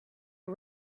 are